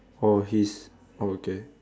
or he's oh okay